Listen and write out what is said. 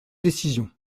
décision